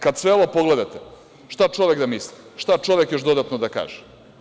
Kad sve ovo pogledate, šta čovek da misli, šta čovek još dodatno da kaže?